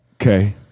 Okay